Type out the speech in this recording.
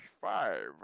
five